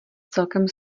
celkem